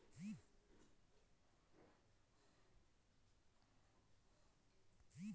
যে বিদ্যাশি সরকার ফাল্ড দেয় দ্যাশ গুলার জ্যনহে